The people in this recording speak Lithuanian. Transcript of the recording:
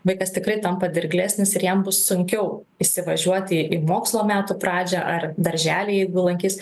vaikas tikrai tampa dirglesnis ir jam bus sunkiau įsivažiuoti į mokslo metų pradžią ar darželį jeigu lankys